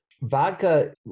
vodka